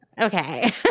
Okay